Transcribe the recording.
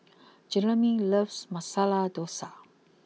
Jereme loves Masala Dosa